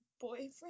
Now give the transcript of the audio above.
boyfriend